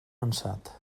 ansat